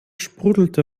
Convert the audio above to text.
sprudelte